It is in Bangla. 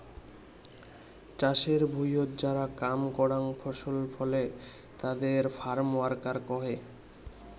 চাষের ভুঁইয়ত যারা কাম করাং ফসল ফলে তাদের ফার্ম ওয়ার্কার কহে